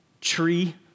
tree